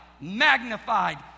magnified